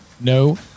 no